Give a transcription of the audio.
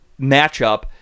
matchup